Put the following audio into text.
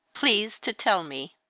please to tell me.